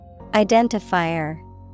Identifier